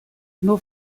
nur